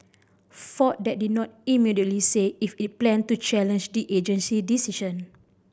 Ford that did not immediately say if it planned to challenge the agency decision